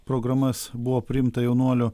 programas buvo priimta jaunuolių